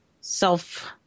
self